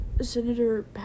Senator